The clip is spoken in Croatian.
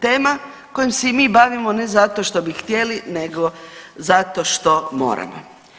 Tema kojom se i mi bavimo ne zato što bi htjeli nego zato što moramo.